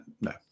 no